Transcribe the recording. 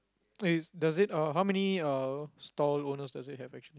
it's does it uh how many uh stall owners does it have actually